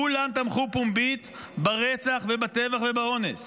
כולם תמכו פומבית ברצח ובטבח ובאונס.